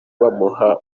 bamuha